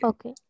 Okay